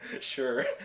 Sure